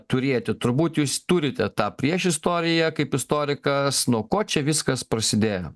turėti turbūt jūs turite tą priešistoriją kaip istorikas nuo ko čia viskas prasidėjo